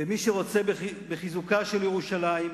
ומי שרוצה בחיזוקה של ירושלים,